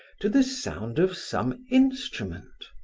to the sound of some instrument.